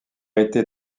été